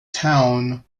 town